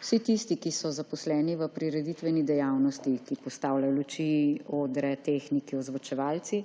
Vsi tisti, ki so zaposleni v prireditveni dejavnosti, ki postavljajo luči, odre, tehniki, ozvočevalci,